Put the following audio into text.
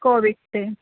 Covid 'ਤੇ